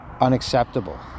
unacceptable